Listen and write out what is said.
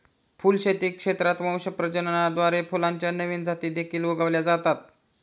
फुलशेती क्षेत्रात वंश प्रजननाद्वारे फुलांच्या नवीन जाती देखील उगवल्या जातात